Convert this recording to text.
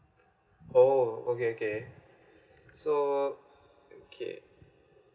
oh okay okay so okay